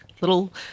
little